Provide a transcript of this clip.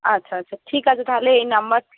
আচ্ছা আচ্ছা ঠিক আছে তাহলে এই নম্বর